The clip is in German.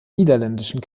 niederländischen